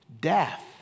death